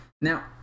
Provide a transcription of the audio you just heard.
Now